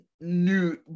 new